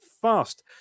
fast